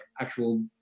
actual